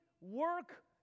work